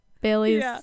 Baileys